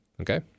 Okay